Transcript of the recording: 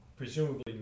presumably